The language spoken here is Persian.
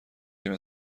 تیم